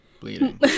bleeding